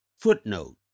Footnote